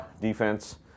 Defense